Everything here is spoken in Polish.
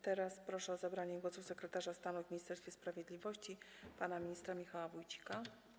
Teraz proszę o zabranie głosu sekretarza stanu w Ministerstwie Sprawiedliwości pana ministra Michała Wójcika.